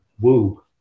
woo